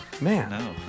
Man